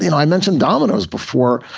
you know i mentioned domino's before.